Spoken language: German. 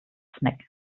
snack